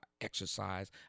exercise